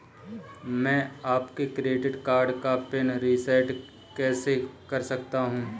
मैं अपने credit card का पिन रिसेट कैसे कर सकता हूँ?